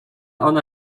ona